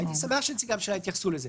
הייתי שמח שנציגי הממשלה יתייחסו לזה.